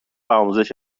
آموزش